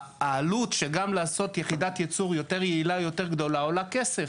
העלות לעשות יחידת יצור יותר יעילה ויותר גדולה עולה כסף.